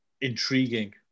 Intriguing